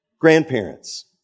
grandparents